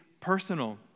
personal